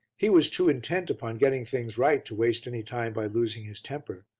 he was too intent upon getting things right to waste any time by losing his temper,